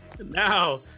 Now